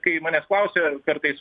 kai manęs klausia kartais